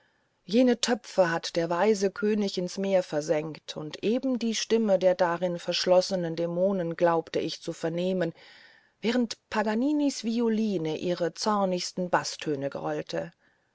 jene töpfe hat der weise könig ins meer versenkt und eben die stimmen der darin verschlossenen geister glaubte ich zu vernehmen während paganinis violine ihre